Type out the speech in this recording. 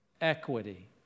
Equity